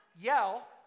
yell